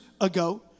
ago